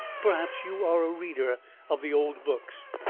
perhaps you are a reader of the old books.